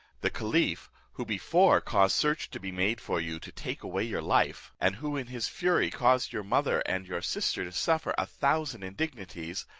the caliph, who before caused search to be made for you, to take away your life, and who in his fury caused your mother and your sister to suffer a thousand indignities,